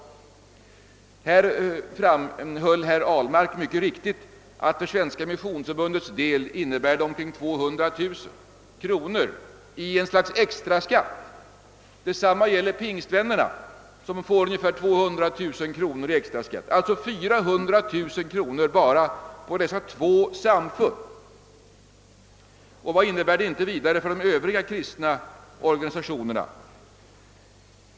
Herr Ahlmark framhöll mycket riktigt att det för Svenska missionsförbundets del innebär omkring 200 000 kronor i ett slags extra skatt. Detsamma gäller pingstvännerna som får ungefär 200 000 kronor i extra skatt. Alltså 400 000 kronor bara från dessa två samfund. Och vad innebär det inte vidare för de övriga kristna organisationerna?